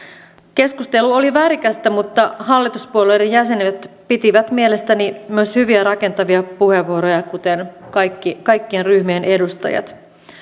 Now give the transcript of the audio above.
keskustelu oli värikästä mutta hallituspuolueiden jäsenet pitivät mielestäni myös hyviä rakentavia puheenvuoroja kuten kaikkien ryhmien edustajat